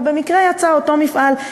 אבל במקרה יצא אותו מפעל.